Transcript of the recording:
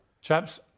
Chaps